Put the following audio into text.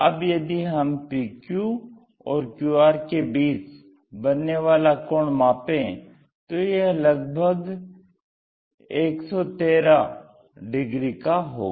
अब यदि हम PQ और QR के बीच बनने वाला कोण मापें तो यह लगभग 113 डिग्री का होगा